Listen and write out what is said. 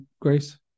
Grace